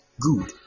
Good